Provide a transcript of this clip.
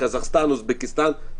קזחסטאן אוזבקיסטאן,